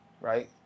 right